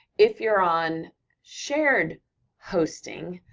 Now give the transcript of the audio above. if you're on shared hosting,